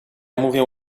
mówię